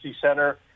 Center